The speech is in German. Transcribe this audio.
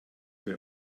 bei